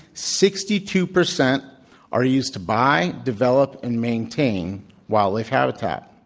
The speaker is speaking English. sixty two percent are used to buy, develop, and maintain wildlife habitat.